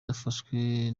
yafashwe